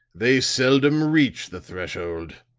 they seldom reach the threshold.